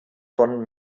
von